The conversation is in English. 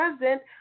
present